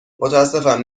متاسفم